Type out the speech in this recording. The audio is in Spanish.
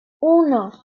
uno